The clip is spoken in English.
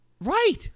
right